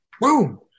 Boom